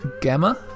Gamma